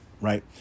right